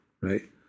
right